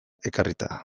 ekarrita